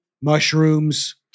mushrooms